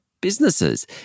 businesses